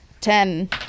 Ten